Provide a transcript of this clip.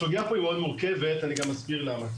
הסוגיה פה היא מאוד מורכבת אני גם אסביר למה.